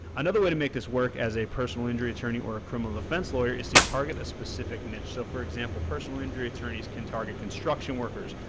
another way to make this work as a personal injury attorney or a criminal defense lawyer is to target a specific niche. so for example, personal injury attorneys can target construction workers,